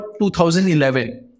2011